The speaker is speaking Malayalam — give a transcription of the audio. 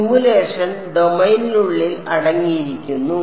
സിമുലേഷൻ ഡൊമെയ്നിനുള്ളിൽ അടങ്ങിയിരിക്കുന്നു